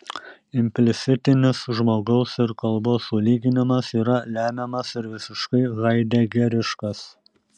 implicitinis žmogaus ir kalbos sulyginimas yra lemiamas ir visiškai haidegeriškas